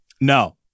No